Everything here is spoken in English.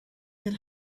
that